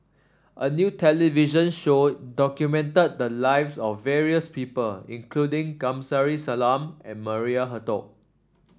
a new television show documented the lives of various people including Kamsari Salam and Maria Hertogh